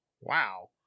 wow